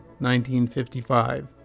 1955